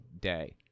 day